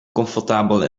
comfortabel